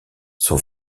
son